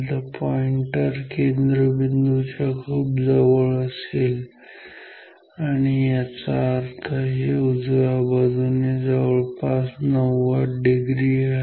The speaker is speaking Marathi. तर पॉईंटर केंद्रबिंदूच्या खूप जवळ असेल आणि याचा अर्थ हे उजव्या बाजूने जवळपास 90 डिग्री आहे